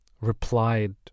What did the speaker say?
replied